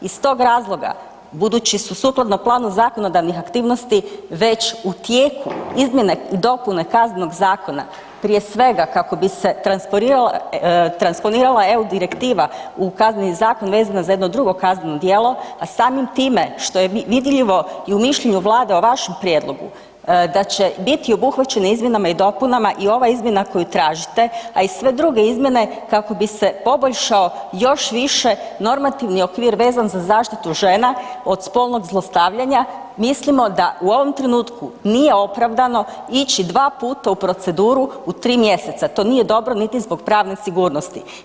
Iz tog razloga, budući su sukladno planu zakonodavnih aktivnosti, već u tijeku izmjene i dopune Kaznenog zakona, prije svega kako bi se transponirala EU direktiva u Kazneni zakon vezano za jedno drugo kazneno djelo, a samim time što je vidljivo i u mišljenju Vlade o vašem prijedlogu da će biti obuhvaćene izmjenama i dopunama i ova izmjena koju tražite a i sve druge izmjene kako bi se poboljšao još više normativni okvir vezan za zaštitu žena od spolnog zlostavljanja, mislim da u ovom trenutku nije opravdano ići dva puta u proceduru u 3 mj., to nije dobro niti zbog pravne sigurnosti.